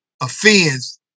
offends